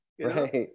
Right